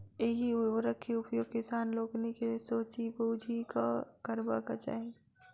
एहि उर्वरक के उपयोग किसान लोकनि के सोचि बुझि कअ करबाक चाही